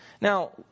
Now